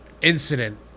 incident